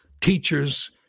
teachers